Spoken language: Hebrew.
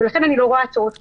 ולכן אני לא רואה צורך בכך.